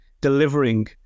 delivering